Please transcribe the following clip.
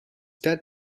that